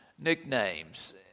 nicknames